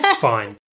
Fine